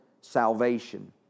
salvation